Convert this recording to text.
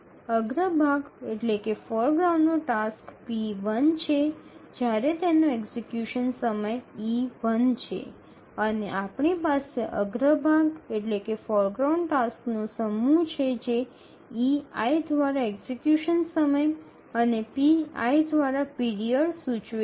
અગ્રભાગ નું task p1 છે જ્યારે તેનો એક્ઝિકયુશન સમય e1 છે અને આપણી પાસે અગ્રભાગ ટાસક્સનો સમૂહ છે જે ei દ્વારા એક્ઝિકયુશન સમય અને pi દ્વારા પીરિયડ સૂચવે છે